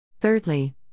Thirdly